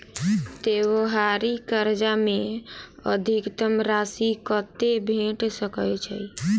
त्योहारी कर्जा मे अधिकतम राशि कत्ते भेट सकय छई?